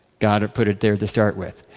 god had put it there, to start with.